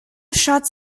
shots